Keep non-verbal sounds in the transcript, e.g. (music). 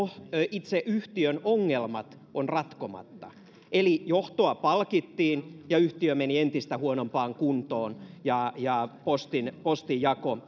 itse yhtiön ongelmat ovat ratkomatta eli johtoa palkittiin ja yhtiö meni entistä huonompaan kuntoon ja ja postinjako (unintelligible)